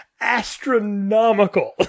astronomical